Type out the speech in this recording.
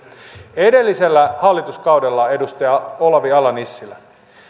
edellisellä hallituskaudella edustaja olavi ala nissilä